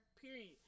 period